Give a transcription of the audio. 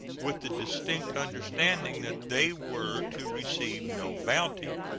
with the distinct understanding that they were to receive no bounty.